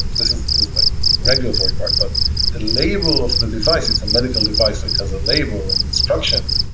this is this is like regulatory part, but the label of the device, it's a medical device that has a label and instructions,